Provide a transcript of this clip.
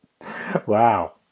Wow